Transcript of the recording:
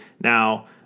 Now